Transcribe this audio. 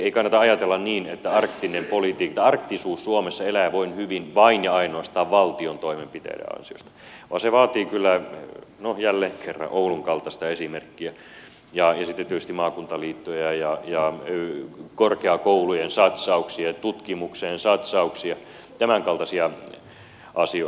ei kannata ajatella niin että arktisuus suomessa elää ja voi hyvin vain ja ainoastaan valtion toimenpiteiden ansiosta vaan se vaatii kyllä no jälleen kerran oulun kaltaista esimerkkiä ja sitten tietysti maakuntaliittoja ja korkeakoulujen satsauksia ja tutkimukseen satsauksia tämänkaltaisia asioita